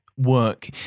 work